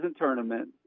tournament